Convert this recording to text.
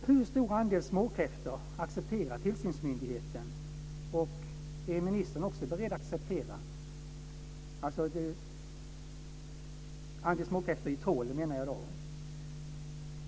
Hur stor andel småkräftor i trål accepterar tillsynsmyndigheten, och hur stor andel är ministern beredd att acceptera?